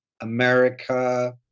America